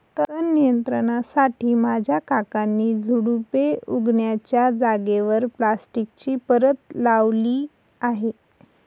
तण नियंत्रणासाठी माझ्या काकांनी झुडुपे उगण्याच्या जागेवर प्लास्टिकची परत लावली आहे